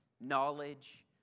knowledge